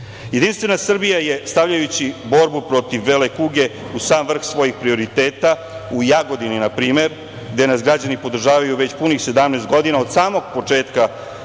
politike. Jedinstvena Srbija je, stavljajući borbu protiv bele kuge u sam vrh svojih prioriteta u Jagodini, na primer, gde nas građani podržavaju već punih 17 godina, od samog početka počela